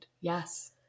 Yes